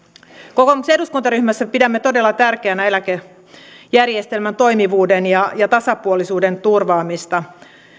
kokoomuksen eduskuntaryhmässä pidämme todella tärkeänä eläkejärjestelmän toimivuuden ja ja tasapuolisuuden turvaamista